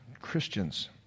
Christians